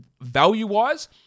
value-wise